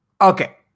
Okay